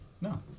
No